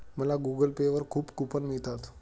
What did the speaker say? मला Google Pay वर खूप कूपन मिळतात